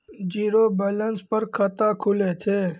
Zero balance पर खाता खुले छै?